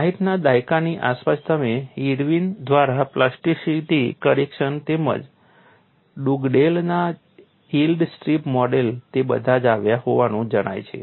60 ના દાયકાની આસપાસ તમને ઇર્વિન દ્વારા પ્લાસ્ટિસિટી કરેક્શન તેમજ ડુગડેલનું યીલ્ડ સ્ટ્રીપ મોડેલ તે બધા જ આવ્યા હોવાનું જણાય છે